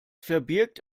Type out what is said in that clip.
verbirgt